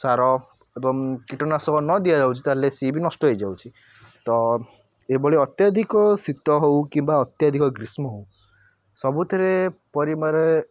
ସାର ଏବଂ କୀଟନାଶକ ନଦିଆଯାଉଛି ତାହାହେଲେ ସେ ବି ନଷ୍ଟ ହୋଇଯାଉଛି ତ ଏହିଭଳି ଅତ୍ୟଧିକ ଶୀତ ହେଉ କିମ୍ବା ଅତ୍ୟଧିକ ଗ୍ରୀଷ୍ମ ହେଉ ସବୁଥିରେ ପରିବାରେ